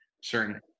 certain